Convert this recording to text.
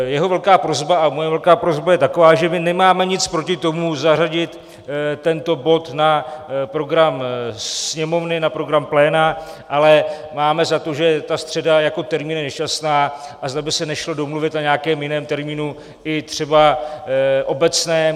Jeho velká prosba a moje velká prosba je taková, že my nemáme nic proti tomu zařadit tento bod na program Sněmovny, na program pléna, ale máme za to, že ta středa jako termín je nešťastná, a zda by se nešlo domluvit na nějaké jiném termínu, i třeba obecném.